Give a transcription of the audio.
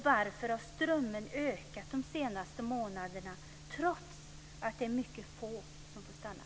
Varför har strömmen ökat de senaste månaderna trots att det är mycket få som får stanna?